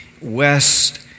west